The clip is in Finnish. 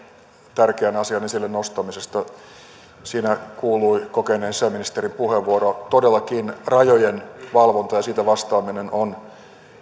tärkeän asian esille nostamisesta siinä kuului kokeneen sisäministerin puheenvuoro todellakin rajojen valvonta ja siitä vastaaminen on